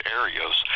areas